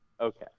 Okay